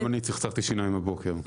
גם אני צחצחתי שיניים הבוקר.